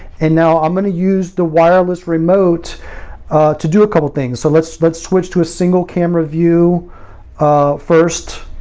and now i'm going to use the wireless remote to do a couple things. so let's but switch to a single camera view first.